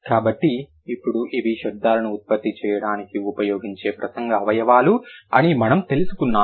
కాబట్టి ఇప్పుడు ఇవి శబ్దాలను ఉత్పత్తి చేయడానికి ఉపయోగించే ప్రసంగ అవయవాలు అని మనం తెలుసుకున్నాము